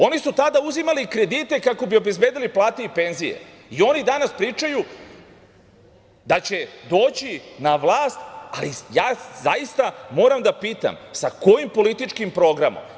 Oni su tada uzimali kredite kako bi obezbedili plate i penzije i oni danas pričaju da će doći na vlast, ali ja zaista moram da pitam – sa kojim političkim programom?